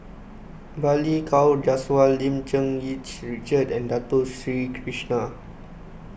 Balli Kaur Jaswal Lim Cherng Yih Richard and Dato Sri Krishna